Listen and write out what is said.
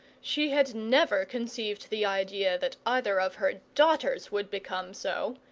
she had never conceived the idea that either of her daughters would become so,